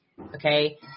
okay